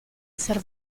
esser